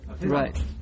right